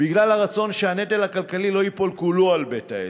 בגלל הרצון שהנטל הכלכלי לא ייפול כולו על בית העסק.